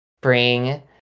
bring